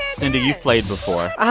cindy, you've played before ah,